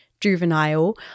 juvenile